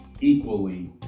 equally